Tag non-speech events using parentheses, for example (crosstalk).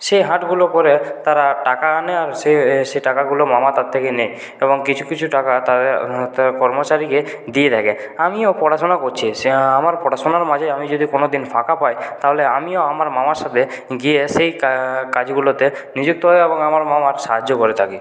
সে হাটগুলো করে তারা টাকা আনে আর সে সে টাকাগুলো মামা তার থেকে নেয় এবং কিছু কিছু টাকা (unintelligible) হাতে কর্মচারীকে দিয়ে থাকে আমিও পড়াশোনা করছি সে আমার পড়াশোনার মাঝে আমি যদি কোনোদিন ফাঁকা পাই তাহলে আমিও আমার মামার সাথে গিয়ে সেই কাজগুলোতে নিযুক্ত হই এবং আমার মামার সাহায্য করে থাকি